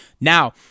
Now